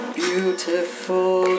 beautiful